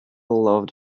loved